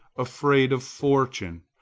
afraid of fortune,